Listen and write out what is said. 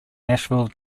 nashville